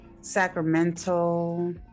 Sacramento